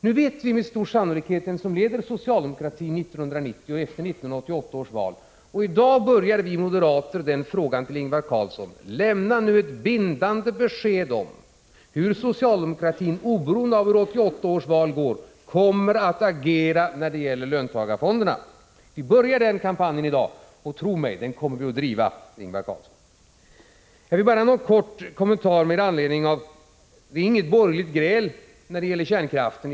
Nu vet vi med stor sannolikhet vem som leder socialdemokratin efter 1988 års val, och i dag begär vi moderater besked från Ingvar Carlsson: Lämna nu ett bindande besked om hur socialdemokratin, oberoende av hur 1988 års val går, kommer att agera när det gäller löntagarfonderna! Vi börjar den kampanjeff'i dag, och — tro mig, Ingvar Carlsson — den kommer vi att driva. Det är inget borgerligt gräl om kärnkraften.